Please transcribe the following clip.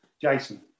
Jason